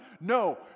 No